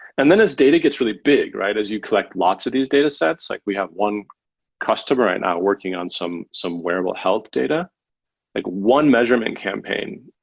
and then as data gets really big, as you collect lots of these datasets, like we have one customer right now working on some some wearable health data, like one measurement campaign